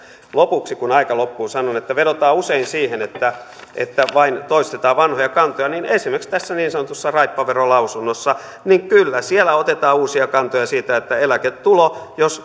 lopuksi kun aika loppuu sanon että kun vedotaan usein siihen että että vain toistetaan vanhoja kantoja niin kyllä esimerkiksi tässä niin sanotussa raippaverolausunnossa otetaan uusia kantoja siitä että jos